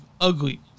ugly